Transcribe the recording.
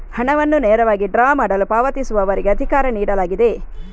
ಹಣವನ್ನು ನೇರವಾಗಿ ಡ್ರಾ ಮಾಡಲು ಪಾವತಿಸುವವರಿಗೆ ಅಧಿಕಾರ ನೀಡಲಾಗಿದೆ